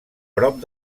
prop